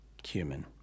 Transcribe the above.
Cumin